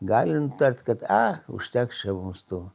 gali nutart kad a užteks čia mums tų